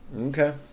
Okay